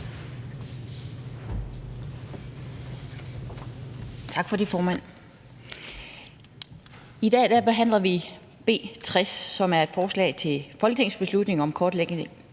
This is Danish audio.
Tak for det, formand. I dag behandler vi B 60, som er et forslag til folketingsbeslutning om kortlægning